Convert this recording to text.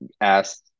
asked